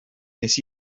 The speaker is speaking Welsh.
wnes